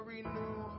renew